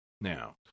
Now